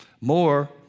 more